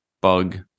bug